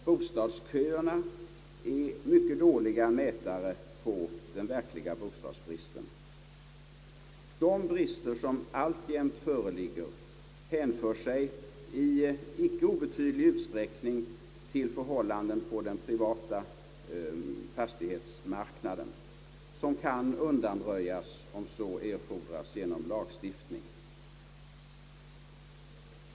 Bostadsköerna är mycket dåliga mätare på bostadsbristen. De brister som alltjämt föreligger hänför sig i icke obetydlig utsträckning till förhållanden på den privata fastighetsmarknaden som kan undanröjas om så erfordras genom lagstiftning.